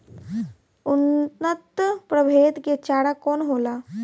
उन्नत प्रभेद के चारा कौन होला?